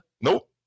Nope